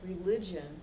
religion